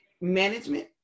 management